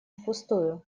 впустую